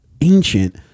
ancient